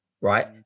right